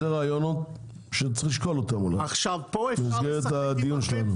אלה רעיונות שצריך לשקול אותם אולי במסגרת הדיון שלנו.